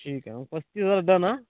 ठीक आहे मग पस्तीस हजार डन अं